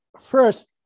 First